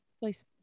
Please